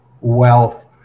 wealth